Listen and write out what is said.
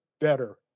better